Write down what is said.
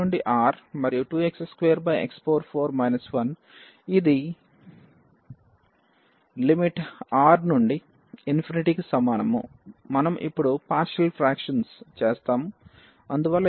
ఇది limit R నుండి ∞ కి సమానము మనం ఇప్పుడు పార్షియల్ ఫ్రాక్షన్స్ చేస్తాం